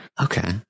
Okay